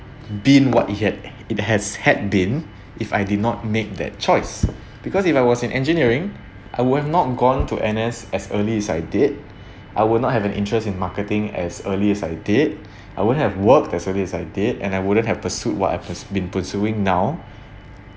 been what it had it has had been if I did not make that choice because if I was in engineering I will not gone to N_S as early as I did I will not have an interest in marketing as early as I did I won't have worked as early as I did and I wouldn't have pursued what I've been pursuing now